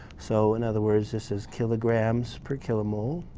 so, in other words, this is kilograms per kilomole.